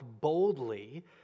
boldly